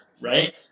right